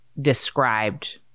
described